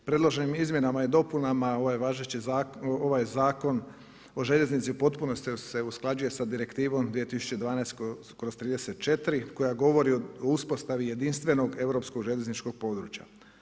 Predloženim izmjenama i dopunama ovaj Zakon o željeznici u potpunosti se usklađuje sa Direktivom 2012/34 koja govori o uspostavi jedinstvenog europskog željezničkog područja.